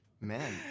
Man